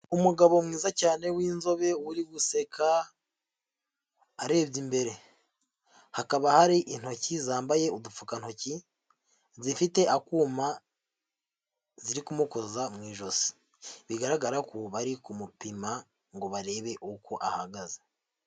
Umugabo mwiza cyane w'inzobe uri guseka arebye imbere, hakaba hari intoki zambaye udupfukantoki zifite akuma ziri kumukoza mu ijosi. Bigaragara ko bari kumupima ngo barebe uko ahagaze.